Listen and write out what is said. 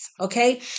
Okay